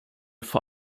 vor